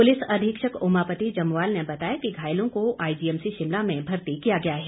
police अधीक्षक ओमापति जमवाल ने बताया कि घायलों को आईजीएमसी शिमला में भर्ती किया गया है